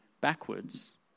backwards